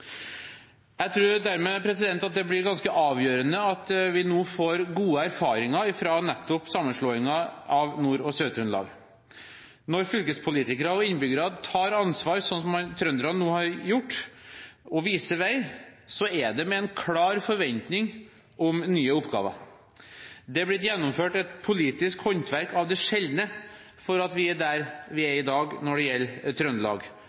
Jeg tror dermed at det blir ganske avgjørende at vi nå får gode erfaringer fra nettopp sammenslåingen av Nord- og Sør-Trøndelag. Når fylkespolitikere og innbyggere tar ansvar, sånn som trønderne nå har gjort, og viser vei, er det med en klar forventning om nye oppgaver. Det er blitt gjennomført et politisk håndverk av de sjeldne for at vi er der vi er i dag når det gjelder Trøndelag.